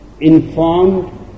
informed